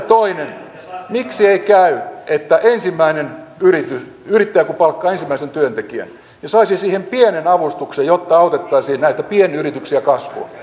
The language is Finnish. miksi ei käy että kun yrittäjä palkkaa ensimmäisen työntekijän hän saisi siihen pienen avustuksen jotta autettaisiin näitä pienyrityksiä kasvuun